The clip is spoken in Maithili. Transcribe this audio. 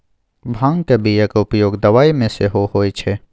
भांगक बियाक उपयोग दबाई मे सेहो होए छै